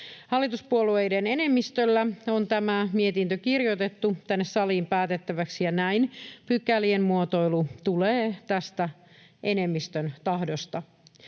Hallituspuolueiden enemmistöllä on tämä mietintö kirjoitettu tänne saliin päätettäväksi, ja näin pykälien muotoilu tulee tästä enemmistön tahdosta.